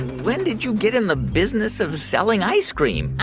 when did you get in the business of selling ice cream?